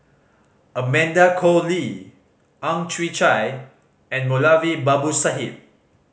Amanda Koe Lee Ang Chwee Chai and Moulavi Babu Sahib